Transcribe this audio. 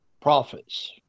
prophets